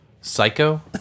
psycho